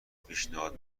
پیشنهاد